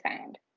found